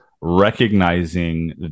recognizing